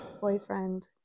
boyfriend